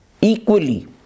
equally